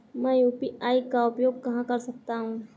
मैं यू.पी.आई का उपयोग कहां कर सकता हूं?